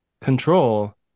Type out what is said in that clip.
Control